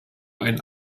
ein